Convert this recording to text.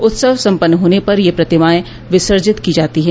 उत्सव सम्पन्न होने पर ये प्रतिमाएं विसर्जित की जाती हैं